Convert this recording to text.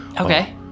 Okay